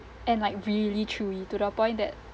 and like really chewy to the point that